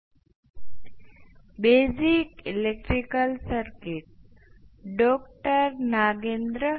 હવેઆપણે inductors તત્કાલ ફેરફારોમાંથી પસાર થઈ શકે